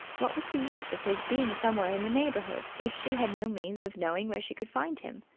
what was the use of his being somewhere in the neighbourhood if she had no means of knowing where she could find him?